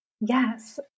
Yes